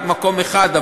רק מקום אחד,